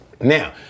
Now